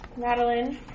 Madeline